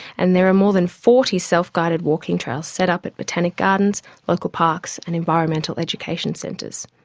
and there are more than forty self-guided walking trails set up at botanic gardens, local parks and environmental education centres.